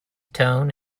tone